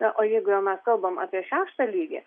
na o jeigu jau mes kalbam apie šeštą lygį